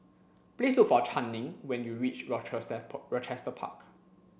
please look for Channing when you reach Rochester Park